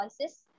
choices